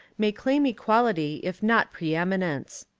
may claim equality if not pre-eminence.